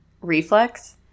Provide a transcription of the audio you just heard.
reflex